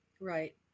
Right